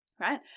right